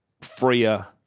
freer